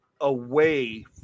away